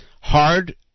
hard